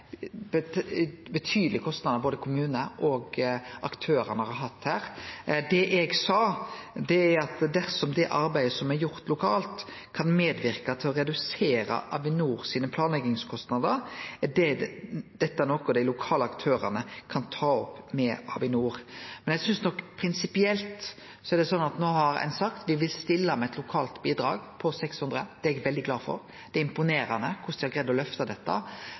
betydelege kostnadar som både kommune og aktørane har hatt her. Det eg sa, er at dersom det arbeidet som er gjort lokalt, kan medverke til å redusere Avinor sine planleggingskostnadar, er dette noko dei lokale aktørane kan ta opp med Avinor. Eg synest nok at det prinsipielt er sånn at når ein no har sagt ein vil stille med eit lokalt bidrag på 600 mill. kr – det er eg veldig glad for, og det er imponerande korleis dei har greidd å løfte dette